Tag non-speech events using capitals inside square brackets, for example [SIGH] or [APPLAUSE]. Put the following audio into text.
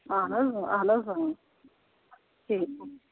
اہن حظ اۭں اہن حظ اۭں [UNINTELLIGIBLE]